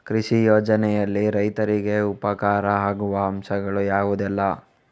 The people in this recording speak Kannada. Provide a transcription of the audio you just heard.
ಕೃಷಿ ಯೋಜನೆಯಲ್ಲಿ ರೈತರಿಗೆ ಉಪಕಾರ ಆಗುವ ಅಂಶಗಳು ಯಾವುದೆಲ್ಲ?